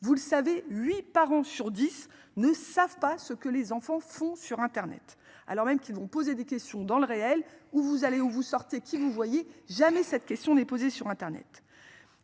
vous le savez 8 parents sur 10 ne savent pas ce que les enfants font sur Internet alors même qu'ils vont poser des questions dans le réel ou vous allez où vous sortez qui vous voyez jamais cette question déposée sur Internet.